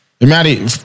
Maddie